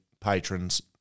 patrons